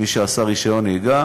מי שעשה רישיון נהיגה